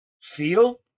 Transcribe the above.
feel